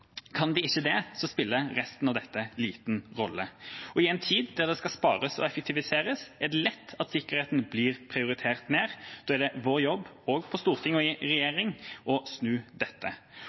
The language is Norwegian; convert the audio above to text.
Kan de ikke det, spiller resten av dette liten rolle. I en tid da det skal spares og effektiviseres, er det lett at sikkerheten blir prioritert ned. Da er det vår jobb, både på Stortinget og i regjeringa, å snu dette.